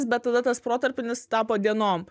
bet tada tas protarpinis tapo dienom